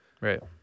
Right